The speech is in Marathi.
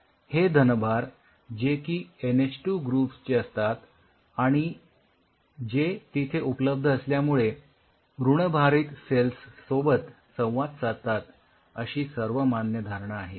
हे धनभार जे की एन एच टू ग्रुप्स चे असतात आणि जे तिथे उपलब्ध असल्यामुळे ऋणभारित सेल्स सोबत संवाद साधतात अशी सर्वमान्य धारणा आहे